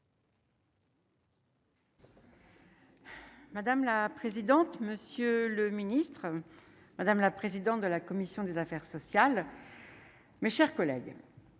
Madame la présidente, monsieur le ministre, madame la présidente de la commission des affaires sociales, mes chers collègues,